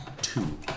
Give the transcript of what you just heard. two